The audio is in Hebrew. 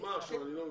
אני לא מבין,